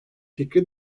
fikri